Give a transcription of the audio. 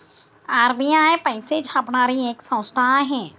RBI पैसे छापणारी एक संस्था आहे